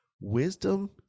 wisdom